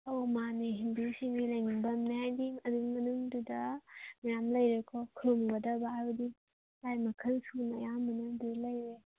ꯑꯥꯎ ꯃꯥꯟꯅꯦ ꯍꯤꯟꯗꯨꯁꯤꯡꯒꯤ ꯂꯥꯏꯅꯤꯡꯐꯝꯅꯦ ꯍꯥꯏꯕꯗꯤ ꯑꯗꯨꯝ ꯑꯗꯨꯝ ꯃꯅꯨꯡꯗꯨꯗ ꯃꯌꯥꯝ ꯂꯩꯔꯦꯀꯣ ꯈꯨꯔꯨꯝꯒꯗꯕ ꯍꯥꯏꯕꯗꯤ ꯂꯥꯏ ꯃꯈꯜ ꯁꯨꯅ ꯃꯌꯥꯝ ꯑꯗꯨꯗ ꯂꯩꯔꯦ